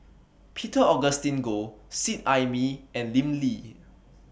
Peter Augustine Goh Seet Ai Mee and Lim Lee